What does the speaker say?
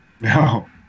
No